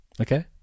Okay